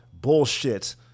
bullshit